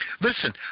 Listen